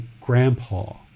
grandpa